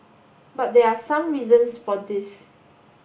but there are some reasons for this